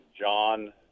John